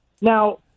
Now